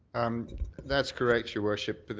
um that's correct, your worship. but